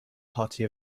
party